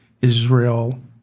Israel